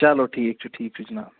چَلو ٹھیٖک چھُ ٹھیٖک چھُ جِناب